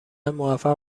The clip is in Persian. موفق